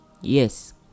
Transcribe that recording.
Yes